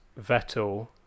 Vettel